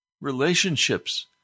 relationships